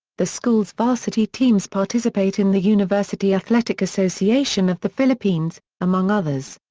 the school's varsity teams participate in the university athletic association of the philippines, among others.